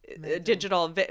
digital